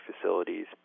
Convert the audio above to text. facilities